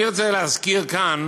אני רוצה להזכיר כאן